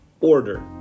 order